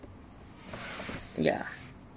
yeah